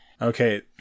Okay